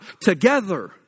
together